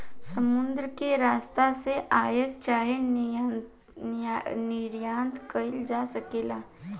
समुद्र के रस्ता से आयात चाहे निर्यात कईल जा सकेला